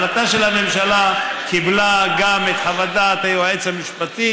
הממשלה קיבלה גם את חוות דעת היועץ המשפטי